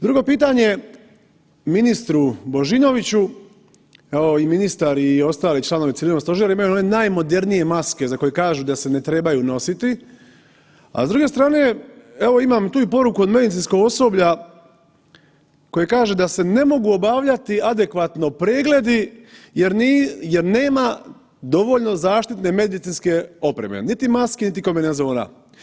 Drugo pitanje ministru Božinoviću, evo i ministar i ostali članovi Civilnog stožera imaju one najmodernije maske za koje kažu da se ne trebaju nositi, a s druge strane, evo imam tu i poruku od medicinskog osoblja koje kaže da se ne mogu obavljati adekvatno pregledi jer nema dovoljno zaštitne medicinske opreme niti maski niti kombinezona.